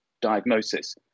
diagnosis